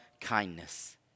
kindness